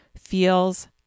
feels